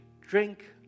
drink